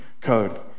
Code